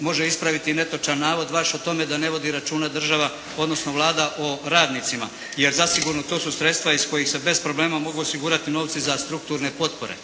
može ispraviti netočan navod baš o tome da ne vodi računa država odnosno Vlada o radnicima, jer zasigurno to su sredstva iz kojih se bez problema mogu osigurati novci za strukturne potpore.